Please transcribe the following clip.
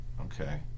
Okay